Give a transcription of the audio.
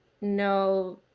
no